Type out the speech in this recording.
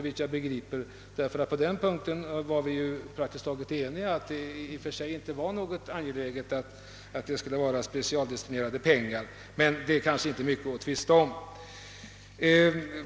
Vi var ju praktiskt taget eniga om att det i och för sig inte var angeläget att det skulle vara specialdestinerade pengar. Men detta är kanske inte så mycket att tvista om.